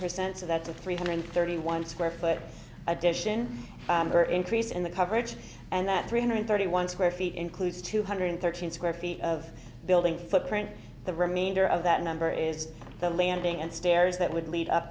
percent so that's a three hundred thirty one square foot addition or increase in the coverage and that three hundred thirty one square feet includes two hundred thirteen square feet of building footprint the remainder of that number is the landing and stairs that would lead up